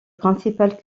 principale